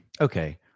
okay